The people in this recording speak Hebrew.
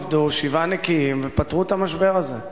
והם עבדו - שבעה נקיים - ופתרו את המשבר הזה.